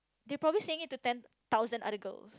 they probably saying it to ten thousand other girls